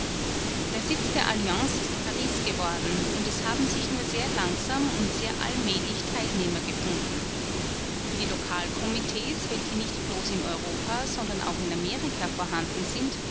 der sitz der alliance ist paris geworden und es haben sich nur sehr langsam und sehr allmählich teilnehmer gefunden die lokalkomitees welche nicht bloß in europa sondern auch in amerika vorhanden sind